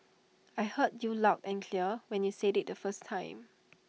I heard you loud and clear when you said IT the first time